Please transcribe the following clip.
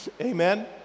Amen